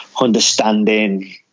understanding